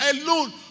alone